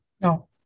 No